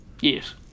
Yes